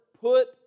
put